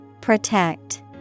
Protect